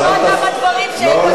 תיכף תשמעי על העוצמה שלכם.